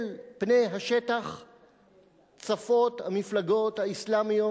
אל פני השטח צפות המפלגות האסלאמיות.